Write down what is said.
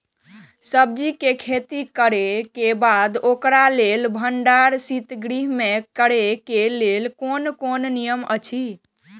सब्जीके खेती करे के बाद ओकरा लेल भण्डार शित गृह में करे के लेल कोन कोन नियम अछि?